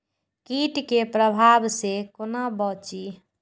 कीट के प्रभाव से कोना बचीं?